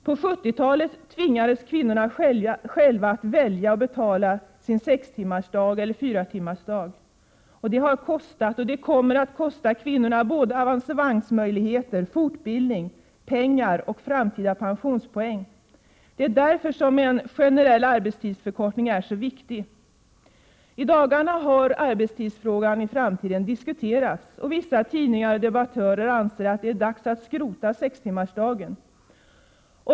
På 70-talet tvingades kvinnorna att välja — och de fick själva betala — mellan sextimmarsoch fyratimmarsdag. Det har kostat, och kommer att kosta, kvinnorna avancemangsmöjligheter, fortbildning, pengar och framtida pensionspoäng. Det är därför en generell arbetstidsförkortning är så viktig. I dagarna har den framtida arbetstiden diskuterats, och vissa tidningar och debattörer anser att det nu är dags att skrota sextimmarsdagen.